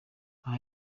aha